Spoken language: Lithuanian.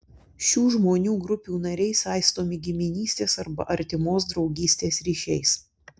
šių žmonių grupių nariai saistomi giminystės arba artimos draugystės ryšiais